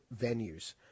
venues